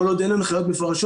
כל עוד אין הנחיות מפורשות,